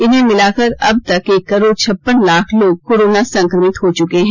इन्हें मिलाकर अब तक एक करोड़ छप्पन लाख लोग कोरोना संक्रमित हो चुके हैं